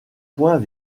point